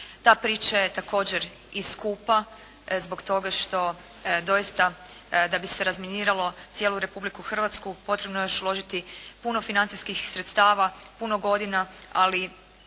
Ta priča je također i skupa zbog toga što doista da bi se razminiralo cijelu Republiku Hrvatsku potrebno je još uložiti puno financijskih sredstava, puno godina ali